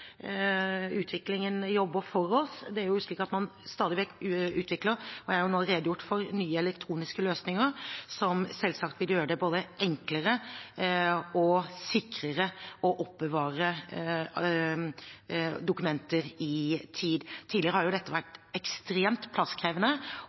utviklingen jobber for oss. Man utvikler stadig vekk, og jeg har nå redegjort for nye elektroniske løsninger som selvsagt vil gjøre det både enklere og sikrere å oppbevare dokumenter over tid. Tidligere har dette